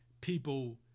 people